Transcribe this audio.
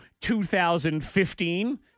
2015